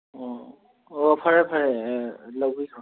ꯑꯣ ꯍꯣ ꯐꯔꯦ ꯐꯔꯦ ꯂꯧꯕꯤꯔꯣ